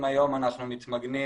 אם היום אנחנו מתמגנים,